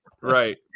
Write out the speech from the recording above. right